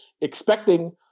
expecting